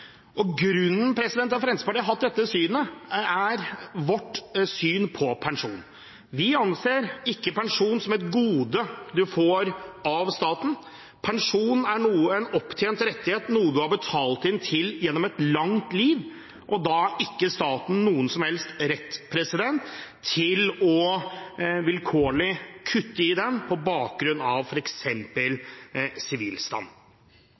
Grunnen til at Fremskrittspartiet har hatt dette synet, er vårt syn på pensjon. Vi anser ikke pensjon som et gode man får av staten. Pensjon er en opptjent rettighet, noe som man har betalt inn til gjennom et langt liv, og da har ikke staten noen som helst rett til vilkårlig å kutte i den på bakgrunn av f.eks. sivilstand.